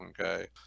okay